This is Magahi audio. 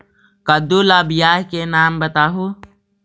कददु ला बियाह के नाम बताहु?